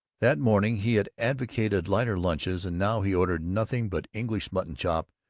that morning he had advocated lighter lunches and now he ordered nothing but english mutton chop,